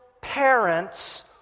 parents